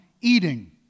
eating